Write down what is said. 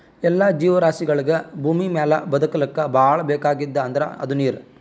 ಎಲ್ಲಾ ಜೀವರಾಶಿಗಳಿಗ್ ಭೂಮಿಮ್ಯಾಲ್ ಬದಕ್ಲಕ್ ಭಾಳ್ ಬೇಕಾಗಿದ್ದ್ ಅಂದ್ರ ಅದು ನೀರ್